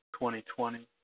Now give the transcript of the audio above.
2020